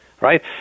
right